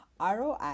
ROI